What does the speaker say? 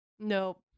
nope